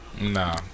Nah